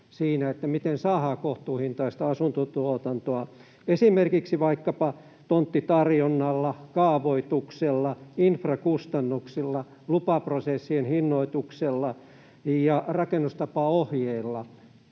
miten saadaan kohtuuhintaista asuntotuotantoa esimerkiksi vaikkapa tonttitarjonnalla, kaavoituksella, infrakustannuksilla, lupaprosessien hinnoituksella ja rakennustapaohjeilla.